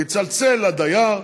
הוא יצלצל לדייר,